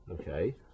okay